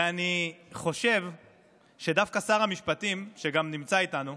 ואני חושב שדווקא שר המשפטים, שגם נמצא איתנו,